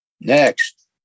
Next